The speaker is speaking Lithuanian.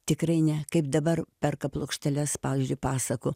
tikrai ne kaip dabar perka plokšteles pavyzdžiui pasakų